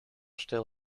still